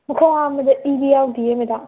ꯃꯈꯣꯡ ꯍꯥꯝꯕꯗ ꯏꯗꯤ ꯌꯥꯎꯗꯤꯌꯦ ꯃꯦꯗꯥꯝ